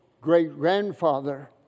great-grandfather